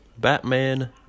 Batman